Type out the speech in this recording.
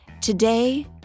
Today